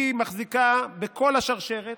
היא מחזיקה בכל השרשרת.